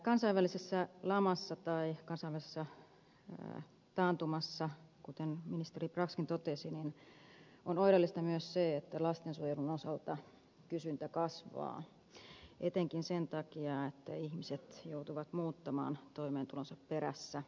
kansainvälisessä lamassa kansainvälisessä taantumassa kuten ministeri braxkin totesi on oireellista myös se että lastensuojelun osalta kysyntä kasvaa etenkin sen takia että ihmiset joutuvat muuttamaan toimeentulonsa perässä aikaisempaa enemmän